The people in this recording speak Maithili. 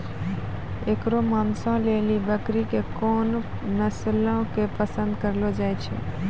एकरो मांसो लेली बकरी के कोन नस्लो के पसंद करलो जाय छै?